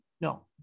No